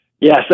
Yes